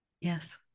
Yes